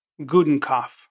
Gudenkoff